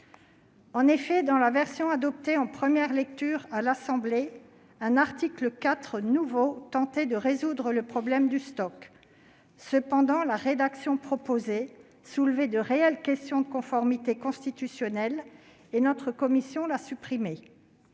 de vue. Dans la version du texte adoptée en première lecture à l'Assemblée nationale, un article 4 nouveau tendait à résoudre le problème du stock. Cependant, la rédaction proposée soulevant de réelles questions de conformité constitutionnelle, notre commission l'a supprimé.